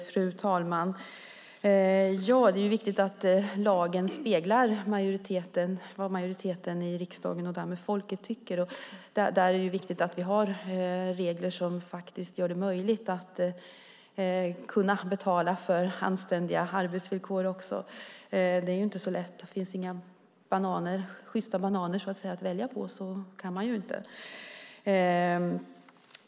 Fru talman! Det är viktigt att lagen speglar vad majoriteten i riksdagen och därmed folket tycker. Därför är det viktigt att vi har regler som gör det möjligt att betala för anständiga arbetsvillkor. Det är inte så lätt. Om det inte finns några sjysta bananer att välja på går det ju inte.